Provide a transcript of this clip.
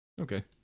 okay